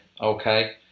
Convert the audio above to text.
Okay